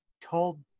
told